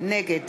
נגד